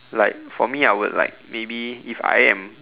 like for me I would like maybe if I am